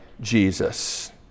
Jesus